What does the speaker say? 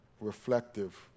reflective